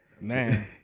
Man